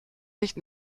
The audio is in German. nicht